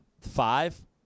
Five